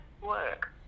work